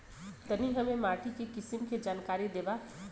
तनि हमें माटी के किसीम के जानकारी देबा?